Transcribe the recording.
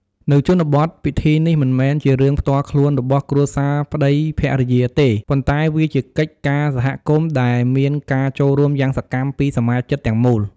នៅជនបទ ពិធីនេះមិនមែនជារឿងផ្ទាល់ខ្លួនរបស់គ្រួសារប្ដីភរិយាទេ ប៉ុន្តែវាជាកិច្ចការសហគមន៍ដែលមានការចូលរួមយ៉ាងសកម្មពីសមាជិកទាំងមូល។